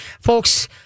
folks